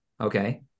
okay